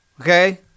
Okay